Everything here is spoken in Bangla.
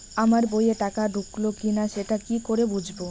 আমার বইয়ে টাকা ঢুকলো কি না সেটা কি করে বুঝবো?